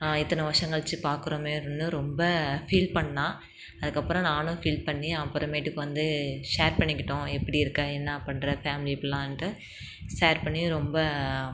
இத்தனை வருஷம் கழித்து பாக்கிறோமேனு ரொம்ப ஃபீல் பண்ணாள் அதுக்கப்புறம் நானும் ஃபீல் பண்ணி அப்புறமேட்டுக்கு வந்து ஷேர் பண்ணிக்கிட்டோம் எப்பிடி இருக்கே என்னா பண்ணுற ஃபேமிலி எப்படிலான்ட்டு ஷேர் பண்ணி ரொம்ப